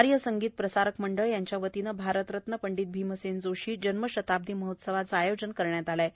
आर्य संगीत प्रसारक मंडळ यांच्यावतीने भारतरत्न पंडित भीमसेन जोशी जन्म शताब्दी महोत्सव चे आयोजन करण्यात आले आहे